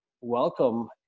welcome